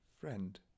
friend